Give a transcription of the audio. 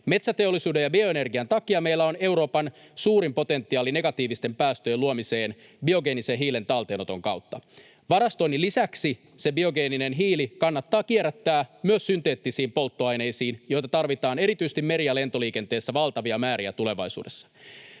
Metsäteollisuuden ja bioenergian takia meillä on Euroopan suurin potentiaali negatiivisten päästöjen luomiseen biogeenisen hiilen talteenoton kautta. Varastoinnin lisäksi se biogeeninen hiili kannattaa kierrättää myös synteettisiin polttoaineisiin, joita tulevaisuudessa tarvitaan erityisesti meri- ja lentoliikenteessä valtavia määriä. Me tarvitsemme